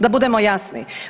Da budemo jasni.